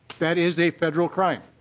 that is a federal crime.